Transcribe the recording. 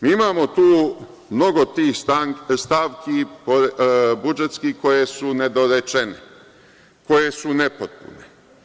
Mi imamo tu mnogo tih stavki budžetskih koje su nedorečene, koje su nepotpune.